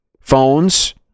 phones